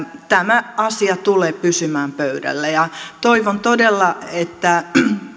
tämä asia tulee pysymään pöydällä toivon todella että